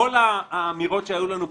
כל האמירות שהיו לנו פה,